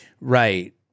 Right